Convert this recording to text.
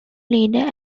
leader